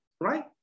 right